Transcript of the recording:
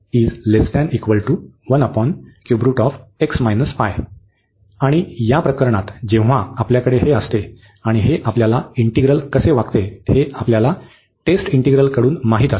आणि या प्रकरणात जेव्हा आपल्याकडे हे असते आणि हे आपल्याला इंटिग्रल कसे वागते हे आपल्याला टेस्ट इंटिग्रलकडून माहित असते